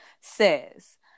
says